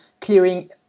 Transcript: clearing